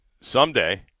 someday